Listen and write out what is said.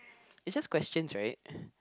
it's just questions right